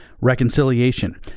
reconciliation